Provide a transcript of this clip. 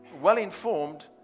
well-informed